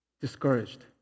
discouraged